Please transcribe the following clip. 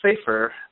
safer